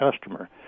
customer